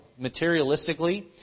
materialistically